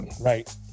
right